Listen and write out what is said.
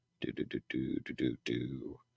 Do-do-do-do-do-do-do